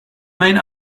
made